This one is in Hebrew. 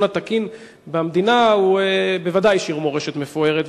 התקין במדינה הוא בוודאי השאיר מורשת מפוארת,